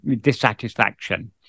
dissatisfaction